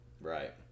Right